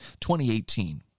2018